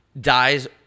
dies